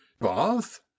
Bath